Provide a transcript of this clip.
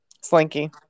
Slinky